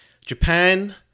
Japan